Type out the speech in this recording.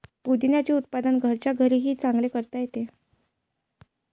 पुदिन्याचे उत्पादन घरच्या घरीही चांगले करता येते